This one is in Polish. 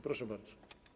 Proszę bardzo.